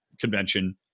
convention